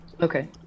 Okay